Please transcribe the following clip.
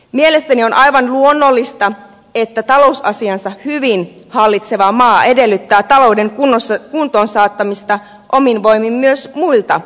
mielestäni on aivan luonnollista että talousasiansa hyvin hallitseva maa edellyttää talouden kuntoon saattamista omin voimin myös muilta mailta